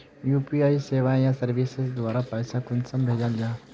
UPI सेवाएँ या services द्वारा पैसा कुंसम भेजाल जाहा?